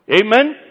Amen